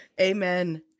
Amen